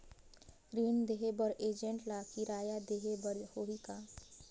ऋण देहे बर एजेंट ला किराया देही बर होही का?